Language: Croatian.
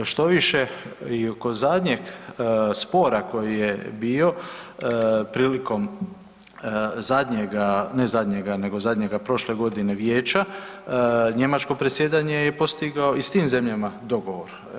Štoviše i kod zadnjeg spora koji je bio prilikom zadnjega, nego zadnjega prošle godine Vijeća njemačko predsjedanje je postigao i s tim zemljama dogovor.